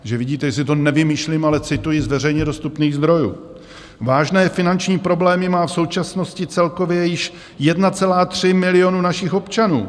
Takže vidíte, že si to nevymýšlím, ale cituji z veřejně dostupných zdrojů: Vážné finanční problémy má v současnosti celkově již 1,3 milionu našich občanů.